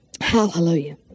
Hallelujah